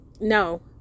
no